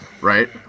right